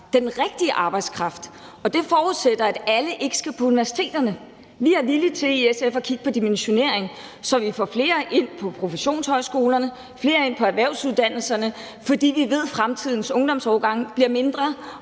den rigtige arbejdskraft – og det forudsætter, at alle ikke skal på universitetet. Vi er i SF villige til at kigge på dimensionering, så vi får flere ind på professionshøjskolerne og på erhvervsuddannelserne, fordi vi ved, at fremtidens ungdomsårgange bliver mindre,